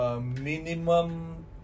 Minimum